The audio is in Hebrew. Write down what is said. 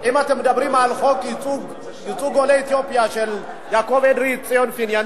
אם אתם מדברים על חוק ייצוג עולי אתיופיה של יעקב אדרי וציון פיניאן,